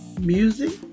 music